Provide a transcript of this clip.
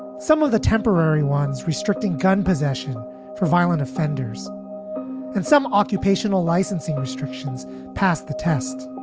some of the temporary ones restricting gun possession for violent offenders and some occupational licensing restrictions passed the test.